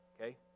okay